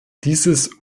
dieses